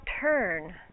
turn